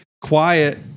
quiet